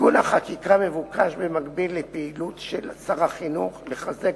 תיקון החקיקה מבוקש במקביל לפעילות של שר החינוך לחזק